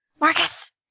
Marcus